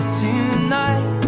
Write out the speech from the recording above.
tonight